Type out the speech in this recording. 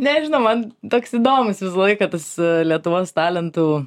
nežinau man toks įdomus visą laiką tas lietuvos talentų